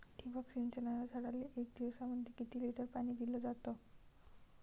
ठिबक सिंचनानं झाडाले एक दिवसामंदी किती लिटर पाणी दिलं जातं?